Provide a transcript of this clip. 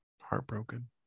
Heartbroken